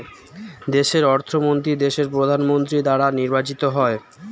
দেশের অর্থমন্ত্রী দেশের প্রধানমন্ত্রী দ্বারা নির্বাচিত হয়